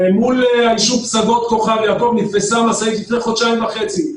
מול היישוב פסגות כוכב יעקב נתפסה משאית לפני חודשיים וחצי,